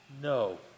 No